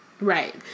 right